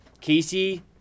Casey